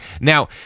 Now